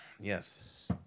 Yes